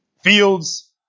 fields